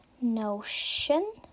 Notion